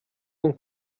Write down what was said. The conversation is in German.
und